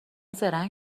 زرنگ